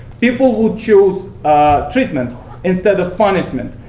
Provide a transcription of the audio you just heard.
people will choose treatment instead of punishment.